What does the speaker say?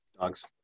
Dogs